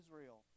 Israel